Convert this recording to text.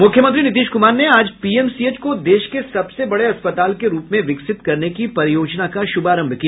मुख्यमंत्री नीतीश कुमार ने आज पीएमसीएच को देश के सबसे बड़े अस्पताल के रूप में विकसित करने की परियोजना का शुभारंभ किया